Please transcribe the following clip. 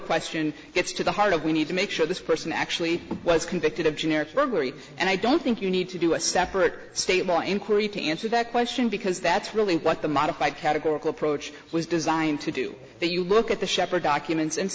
question gets to the heart of we need to make sure this person actually was convicted of generic burglary and i don't think you need to do a separate state law inquiry to answer that question because that's really what the modified categorical approach was designed to do that you look at the shepherd documents and